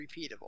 repeatable